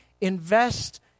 invest